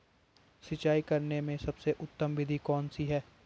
सिंचाई करने में सबसे उत्तम विधि कौन सी है?